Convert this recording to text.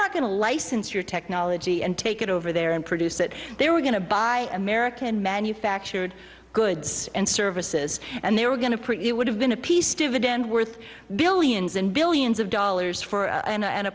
not going to license your technology and take it over there and produce that they were going to buy american manufactured goods and services and they were going to create you would have been a peace dividend worth billions and billions of dollars for a